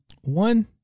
One